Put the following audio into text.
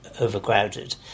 overcrowded